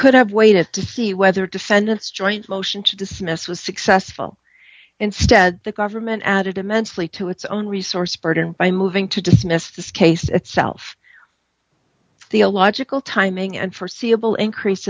could have waited to see whether defendants joins motion to dismiss was successful instead the government added immensely to its own resource burden by moving to dismiss this case itself the illogical timing and forseeable increase